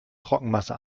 trockenmasse